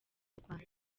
rwanda